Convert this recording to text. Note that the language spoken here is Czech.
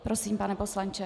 Prosím, pane poslanče.